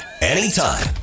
anytime